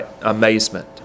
amazement